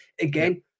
Again